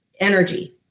energy